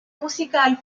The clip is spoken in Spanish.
musical